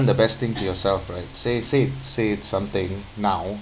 the best thing to yourself right say say say something now